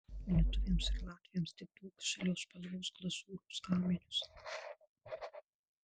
lietuviams ir latviams tik duok žalios spalvos glazūros gaminius